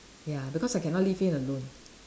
ya because I cannot leave him alone